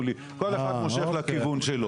כל אחד מושך לכיוון שלו.